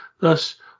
Thus